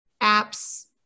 apps